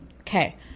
Okay